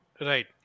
Right